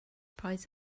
prize